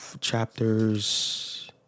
chapters